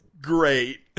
great